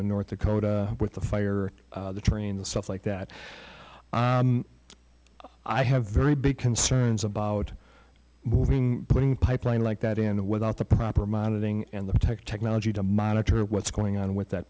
in north dakota with the fire the train the stuff like that i have very big concerns about moving putting pipeline like that into without the proper monitoring and the tech technology to monitor what's going on with that